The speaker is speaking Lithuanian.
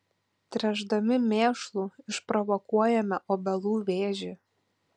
tręšdami mėšlu išprovokuojame obelų vėžį